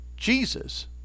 Jesus